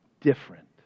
different